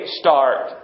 start